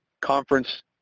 conference